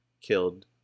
killed